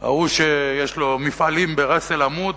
ההוא שיש לו מפעלים בראס-אל-עמוד,